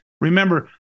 remember